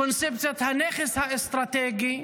קונספציית ה"נכס האסטרטגי",